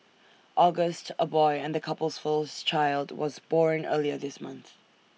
August A boy and the couple's first child was born earlier this month